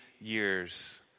years